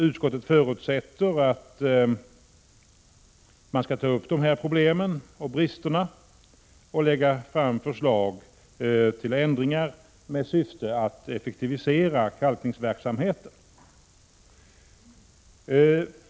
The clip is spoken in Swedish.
Utskottet förutsätter att man skall ta upp de här problemen och bristerna och lägga fram förslag till ändringar med syfte att effektivisera kalkningsverksamheten.